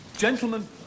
Gentlemen